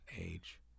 age